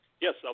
Yes